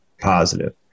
positive